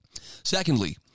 Secondly